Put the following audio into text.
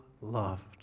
loved